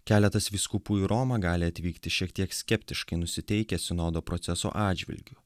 keletas vyskupų į romą gali atvykti šiek tiek skeptiškai nusiteikę sinodo proceso atžvilgiu